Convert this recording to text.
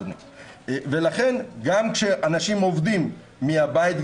ולכן גם כשאנשים עובדים מהבית,